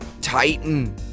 Titan